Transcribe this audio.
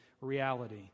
reality